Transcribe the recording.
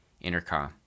intercom